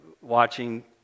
watching